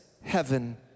heaven